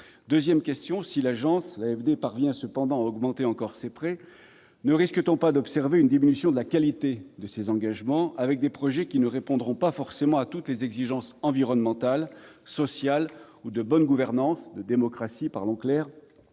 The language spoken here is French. Deuxièmement, si l'AFD parvient à augmenter encore ses prêts, ne risque-t-on pas d'observer une diminution de la qualité de ces engagements, avec des projets qui ne répondraient pas forcément à toutes les exigences environnementales, sociales ou de bonne gouvernance, de démocratie,